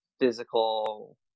physical